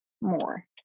more